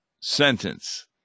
sentence